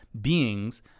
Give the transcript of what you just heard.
beings